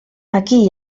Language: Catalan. aquí